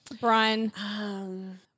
Brian